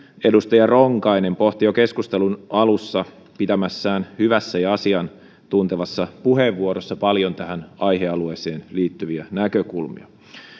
edustaja ronkainen pohti jo keskustelun alussa käyttämässään hyvässä ja asiantuntevassa puheenvuorossa paljon tähän aihealueeseen liittyviä näkökulmia